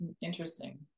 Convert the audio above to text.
interesting